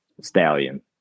stallion